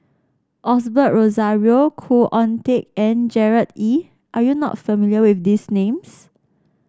Osbert Rozario Khoo Oon Teik and Gerard Ee are you not familiar with these names